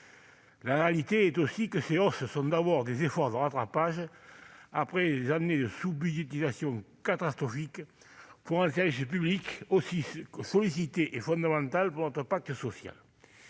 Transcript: la réalité est aussi que ces hausses sont d'abord des efforts de rattrapage, après des années de sous-budgétisation catastrophique pour un service public aussi sollicité et fondamental pour notre pacte social.